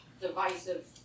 divisive